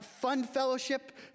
fun-fellowship